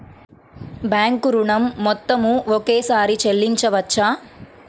Bank ఋణం మొత్తము ఒకేసారి చెల్లించవచ్చా?